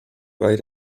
bei